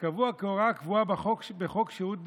שקבוע כהוראה קבועה בחוק שירות ביטחון.